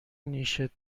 نیشت